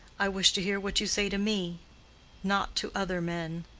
i wish to hear what you say to me not to other men,